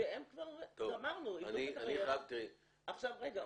והם כבר, גמרנו --- אני חייב, תראי --- רגע.